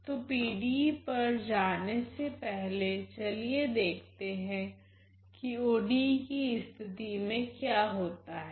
तो PDE पर जाने से पहले चलिये देखते हैं कि ODE कि स्थिति में क्या होता हैं